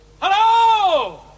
Hello